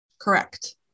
Correct